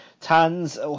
Tans